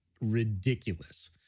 ridiculous